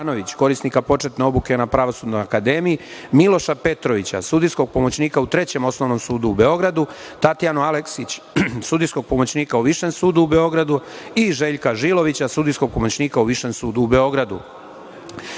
korisnika početne obuke na Pravosudnoj akademiji, Miloša Petrovića, sudijskog pomoćnika u Trećem osnovnom sudu u Beogradu, Tatjanu Aleksić, sudijskog pomoćnika u Višem sudu u Beogradu i Željka Žilovića, sudijskog pomoćnika u Višem sudu u Beogradu.U